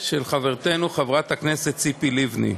של חברתנו חברת הכנסת ציפי לבני.